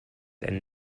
and